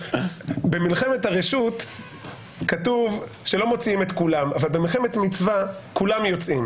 במלחמת הרשות כתוב שלא מוציאים את כולם אבל במלחמת מצווה כולם יוצאים